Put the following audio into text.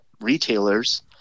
retailers